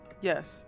Yes